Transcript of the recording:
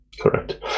Correct